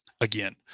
again